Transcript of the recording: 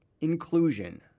Inclusion